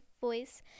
voice